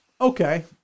Okay